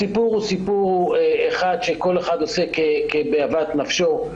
הסיפור הוא סיפור אחד, שכל אחד עושה כאוות נפשו.